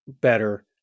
better